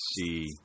see